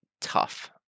tough